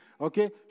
okay